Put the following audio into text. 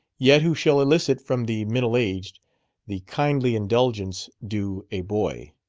yet who shall elicit from the middle-aged the kindly indulgence due a boy.